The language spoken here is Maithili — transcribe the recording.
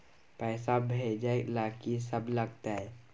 पैसा भेजै ल की सब लगतै?